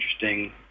interesting